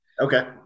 Okay